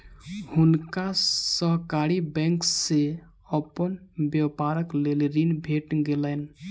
हुनका सहकारी बैंक से अपन व्यापारक लेल ऋण भेट गेलैन